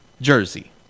jersey